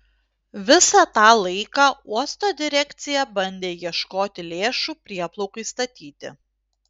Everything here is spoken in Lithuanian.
visą tą laiką uosto direkcija bandė ieškoti lėšų prieplaukai statyti